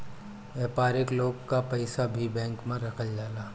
व्यापारिक लोग कअ पईसा भी बैंक में रखल जाला